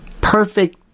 perfect